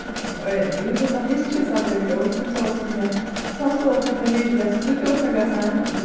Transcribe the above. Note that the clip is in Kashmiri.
یُس ہسا ہِسٹری سَبجیکٹ اوس سُہ نسا اوس نہٕ مےٚ سُہ ہسا اوس مےٚ ہَمیشہٕ گژھان سُہ تہِ اوس مےٚ گژھان